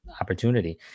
opportunity